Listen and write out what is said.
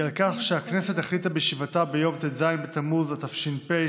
היא על כך שהכנסת החליטה בישיבתה ביום ט"ז בתמוז התש"ף,